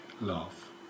love